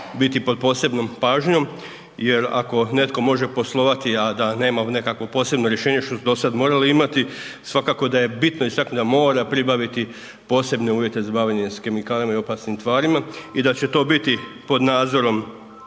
biti pod posebnom pažnjom jer ako netko može poslovati, a da nema neko posebno rješenje, što su dosad morali imati, svakako da je bitno istaknuti da mora pribaviti posebne uvjete za bavljenje s kemikalijama i opasnim tvarima i da će to biti pod nadzorom